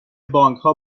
بانکها